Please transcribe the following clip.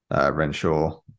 Renshaw